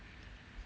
!oof!